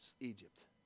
Egypt